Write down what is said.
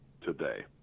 today